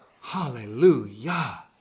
Hallelujah